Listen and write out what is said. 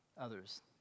others